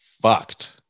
fucked